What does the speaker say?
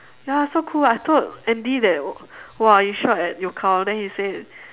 ya so cool I told andy that !wah! you shot and then he say